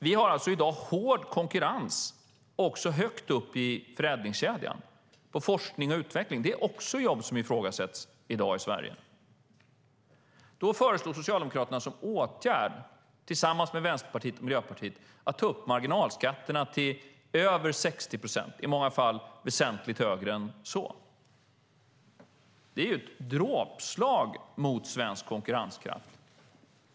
Det råder i dag hård konkurrens också högt upp i förädlingskedjan - på forskning och utveckling. Det är också jobb som ifrågasätts i dag i Sverige. Då föreslår Socialdemokraterna som åtgärd, tillsammans med Vänsterpartiet och Miljöpartiet, att öka marginalskatterna till över 60 procent, i många fall väsentligt högre än så. Det är ett dråpslag mot svensk konkurrenskraft.